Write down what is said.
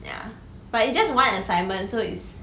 ya but it's just one assignment so is